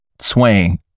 swaying